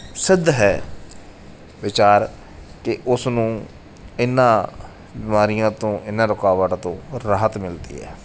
ਸਿੱਧ ਹੈ ਵਿਚਾਰ ਕਿ ਉਸ ਨੂੰ ਇਹਨਾਂ ਬਿਮਾਰੀਆਂ ਤੋਂ ਇਹਨਾਂ ਰੁਕਾਵਟਾਂ ਤੋਂ ਰਾਹਤ ਮਿਲਦੀ ਹੈ